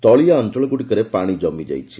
ତଳିଆ ଅଞ୍ଚଳଗୁଡ଼ିକରେ ପାଣି ଜମିଯାଇଛି